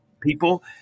people